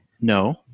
no